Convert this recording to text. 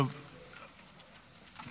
אנחנו רוצים עבודה ורווחה.